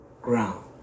ground